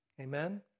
Amen